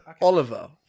Oliver